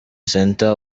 center